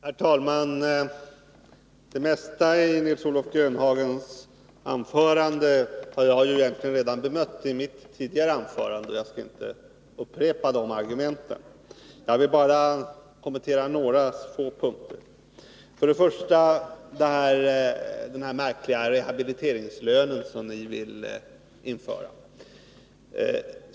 Herr talman! Det mesta i Nils-Olof Grönhagens anförande har jag egentligen bemött i mitt tidigare anförande. Jag skall inte upprepa de argumenten. Jag vill bara kommentera några få punkter, först och främst den här märkliga rehabiliteringslönen, som ni vill införa.